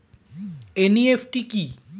NEFT কি?